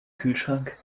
kühlschrank